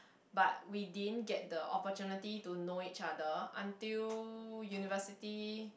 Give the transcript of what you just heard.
but we didn't get the opportunity to know each other until university